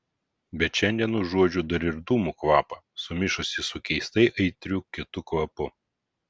bet šiandien užuodžiu dar ir dūmų kvapą sumišusį su keistai aitriu kitu kvapu